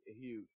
huge